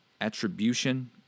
attribution